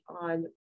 on